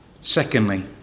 Secondly